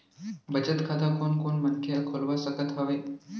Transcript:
बचत खाता कोन कोन मनखे ह खोलवा सकत हवे?